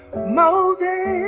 moses